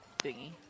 thingy